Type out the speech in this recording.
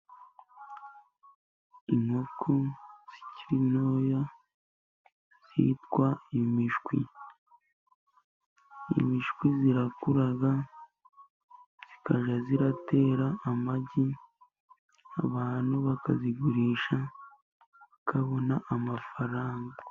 Inkoko zikiri ntoya zitwa imishwi, imishwi irakura zikajya zitera amagi, abantu bakazigurisha bakabona amafaranga.